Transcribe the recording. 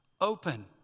open